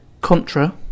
Contra